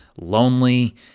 lonely